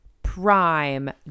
prime